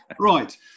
Right